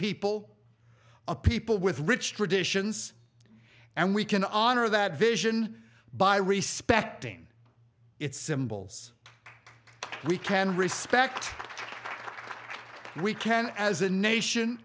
people a people with rich traditions and we can honor that vision by respecting its symbols we can respect the old we can as a nation